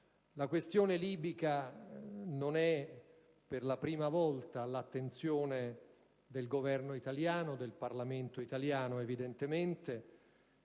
la questione libica non è per la prima volta all'attenzione del Governo italiano e del Parlamento italiano. Il Governo